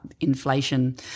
inflation